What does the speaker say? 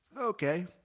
Okay